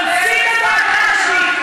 תמצית הדאגה ההדדית,